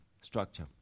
structure